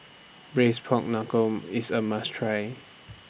Braised Pork Knuckle IS A must Try